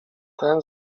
ten